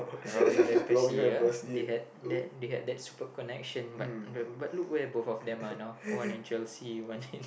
Robin-Van-Persie uh they had that they had that superb connection but but but look where both of them are now one in Chelsea one in